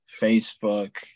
Facebook